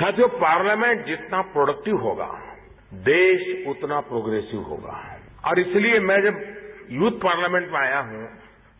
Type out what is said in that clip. साथियो पार्लियामेंट जितना प्रोडेक्टिव होगा देश उतना प्रोप्रेसिव होगा और इसलिए मैं जब यूथ पार्लियामेंट में आया हूं